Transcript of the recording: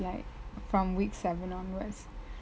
like from week seven onwards